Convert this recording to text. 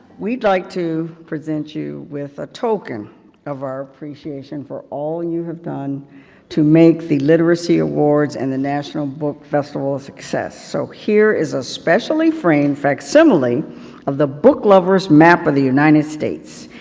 we'd like to present you with a token of our appreciation for all you have done to make the literacy awards, and the national book festival a success. so, here is a specially framed facsimile of the book lovers map of the united states.